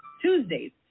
tuesdays